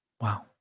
Wow